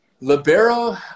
Libero